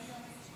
אדוני היושב-ראש,